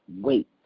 Wait